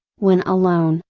when alone,